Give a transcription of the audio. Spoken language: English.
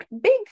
big